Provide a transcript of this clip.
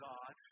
God